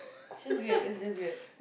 just weird that's just weird